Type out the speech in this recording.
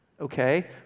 Okay